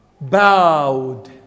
bowed